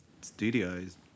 studios